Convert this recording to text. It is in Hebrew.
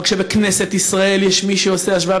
אבל כשבכנסת ישראל יש מי שעושה השוואה,